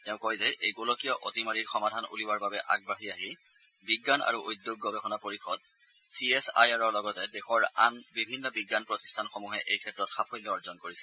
তেওঁ কয় যে এই গোলকীয় অতিমাৰীৰ সমাধান উলিওৱাৰ বাবে আগবাঢ়ি আহি বিজ্ঞান আৰু উদ্যোগ গৱেষণা পৰিষদ চি এছ আই আৰ ৰ লগতে দেশৰ আন বিভিন্ন বিজ্ঞান প্ৰতিষ্ঠানসমূহে এইক্ষেত্ৰত সাফল্য অৰ্জন কৰিছে